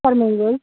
فرمٲیِو حظ